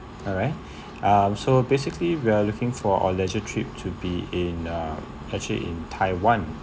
alright um so basically we're looking for or leisure trip to be in uh actually in taiwan